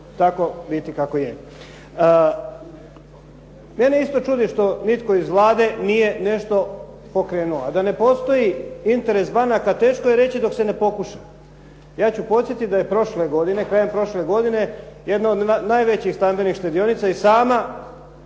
tako biti kako je. Mene isto čudi što nitko iz Vlade nije nešto pokrenuo, a da ne postoji interes banaka teško je reći dok se ne pokuša. Ja ću podsjetiti da je prošle godine, krajem prošle godine jedna od najvećih stambenih štedionica i sama